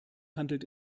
handelt